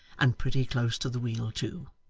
and pretty close to the wheel too.